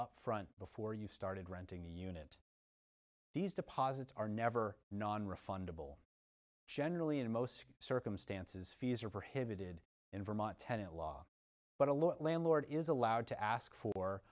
up front before you started renting the unit these deposits are never nonrefundable generally in most circumstances fees are for heavy did in vermont tenant law but a low landlord is allowed to ask for